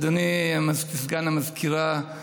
אדוני סגן המזכירה,